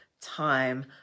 time